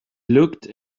looked